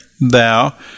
thou